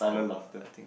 uh I think